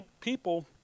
people